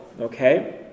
okay